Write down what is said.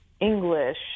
English